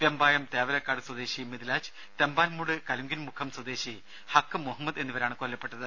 വെമ്പായം തേവലക്കാട് സ്വദേശി മിദ്ലാജ് തേമ്പാൻമൂട് കലുങ്കിൻമുഖം സ്വദേശി ഹഖ് മുഹമ്മദ് എന്നിവരാണ് കൊല്ലപ്പെട്ടത്